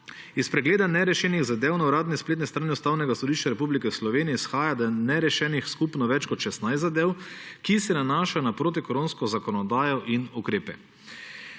Iz pregleda nerešenih zadev na uradni spletni strani Ustavnega sodišča Republike Slovenije izhaja, da je nerešenih skupno več kot 16 zadev, ki se nanašajo na protikoronsko zakonodajo in ukrepe.